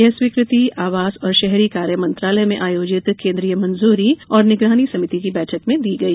यह स्वीकृति आवास और शहरी कार्य मंत्रालय में आयोजित केन्द्रीय मंजूरी और निगरानी समिति की बैठक में दी गई